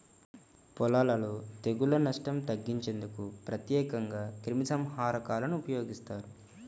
పొలాలలో తెగుళ్ల నష్టం తగ్గించేందుకు ప్రత్యేకంగా క్రిమిసంహారకాలను ఉపయోగిస్తారు